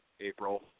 April